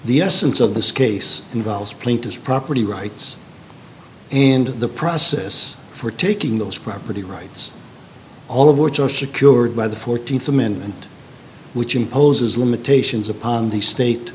the essence of this case involves plaintiff's property rights and the process for taking those property rights all of which osha cured by the fourteenth amendment which imposes limitations upon the state